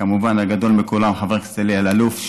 כמובן, הגדול מכולם, חבר הכנסת אלי אלאלוף.